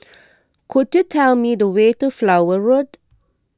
could you tell me the way to Flower Road